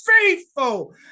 faithful